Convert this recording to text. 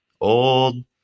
old